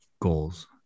goals